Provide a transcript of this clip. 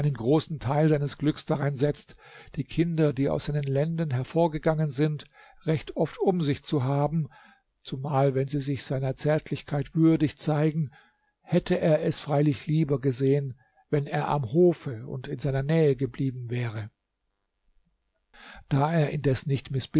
einen großen teil seines glücks darein setzt die kinder die aus seinen lenden hervorgegangen sind recht oft um sich zu haben zumal wenn sie sich seiner zärtlichkeit würdig zeigen hätte er es freilich lieber gesehen wenn er am hofe und in seiner nähe geblieben wäre da er indes nicht